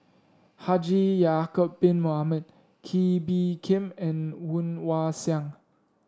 Haji Ya'acob Bin Mohamed Kee Bee Khim and Woon Wah Siang